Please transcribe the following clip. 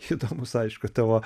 šito bus aišku tavo